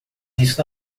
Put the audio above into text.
isso